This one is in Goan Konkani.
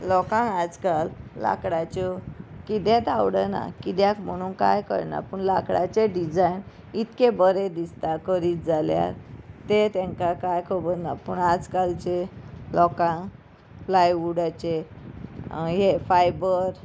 लोकांक आजकाल लाकडाच्यो किदेंत आवडना किद्याक म्हणून कांय करना पूण लांकडाचे डिजायन इतके बरें दिसता करीत जाल्यार तें तेंकां कांय खबर ना पूण आज कालचे लोकांक प्लायवूडाचे हे फायबर